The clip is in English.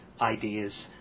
ideas